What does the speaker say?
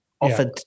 offered